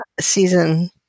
season